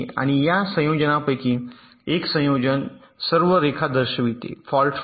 आणि या संयोजनांपैकी एक संयोजन सर्व रेखा दर्शविते फॉल्ट फ्री